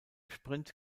sprint